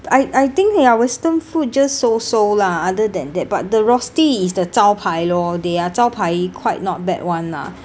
I I think their western food just so so lah other than that but the rosti is that 招牌 lor they are 招牌 quite not bad [one] lah